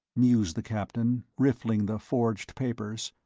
mused the captain, riffling the forged papers.